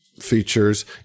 features